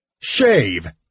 Shave